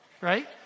right